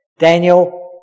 Daniel